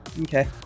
Okay